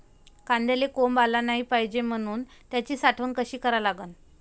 कांद्याले कोंब आलं नाई पायजे म्हनून त्याची साठवन कशी करा लागन?